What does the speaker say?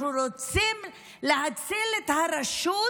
אנחנו רוצים להציל את הרשות